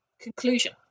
conclusion